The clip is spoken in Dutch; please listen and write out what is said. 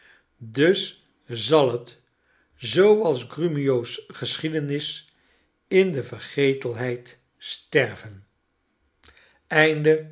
dus zal het zooals grumio's geschiedenis in de vergetelheid sterven